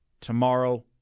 tomorrow